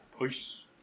Peace